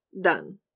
done